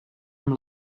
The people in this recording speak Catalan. amb